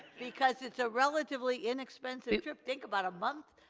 because it's a relatively inexpensive trip. think about a month,